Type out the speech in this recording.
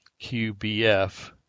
QBF